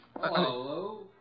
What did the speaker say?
Hello